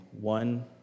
One